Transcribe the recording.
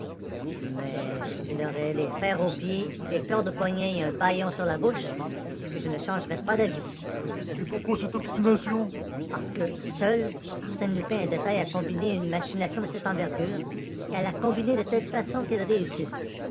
mais il aurait les fers aux pieds des cordes aux poignets et un bâillon sur la bouche que je ne changerais pas d'avis et pourquoi cette obstination parce que seul arsène lupin est de taille à combiner une machine de cette envergure et de la combiner de telle façon qu'elle réussisse